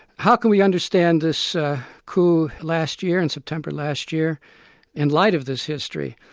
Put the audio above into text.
how can we understand this coup last year in september last year in light of this history?